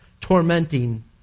tormenting